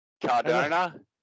Cardona